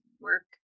work